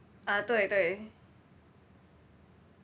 ah 对对